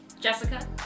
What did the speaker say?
Jessica